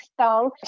song